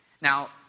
Now